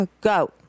Go